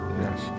Yes